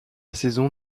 saison